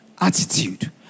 attitude